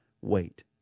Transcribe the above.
wait